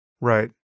Right